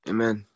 Amen